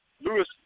Lewis